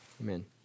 Amen